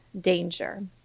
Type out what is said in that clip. danger